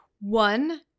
One